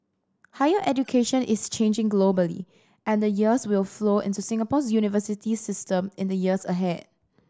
higher education is changing globally and the changes will flow into Singapore's university system in the years ahead